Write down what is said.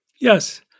Yes